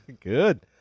good